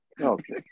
Okay